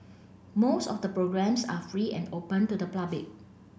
most of the programmes are free and open to the public